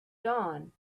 dawn